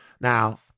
Now